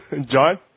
John